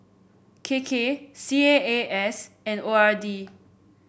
K K C A A S and O R D